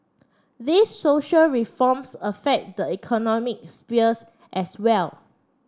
these social reforms affect the economic spheres as well